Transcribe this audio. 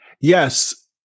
Yes